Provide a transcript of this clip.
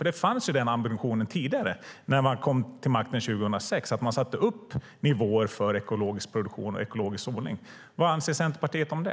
Den ambitionen fanns ju tidigare, när man kom till makten 2006. Då satte man upp nivåer för ekologisk produktion och ekologisk odling. Vad anser Centerpartiet om det?